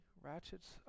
ratchets